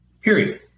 Period